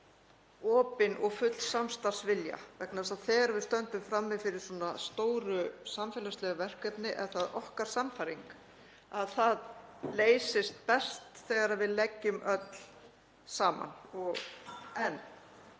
frumvarp opin og full samstarfsvilja vegna þess að þegar við stöndum frammi fyrir svona stóru samfélagslegu verkefni er það okkar sannfæring að það leysist best þegar við leggjum öll saman. En,